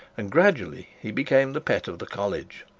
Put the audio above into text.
and gradually he became the pet of the college.